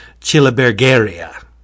Chilibergeria